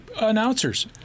announcers